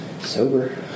Sober